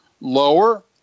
lower